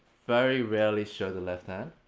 very rarely showed the left hand.